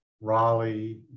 Raleigh